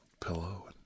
pillow